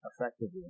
effectively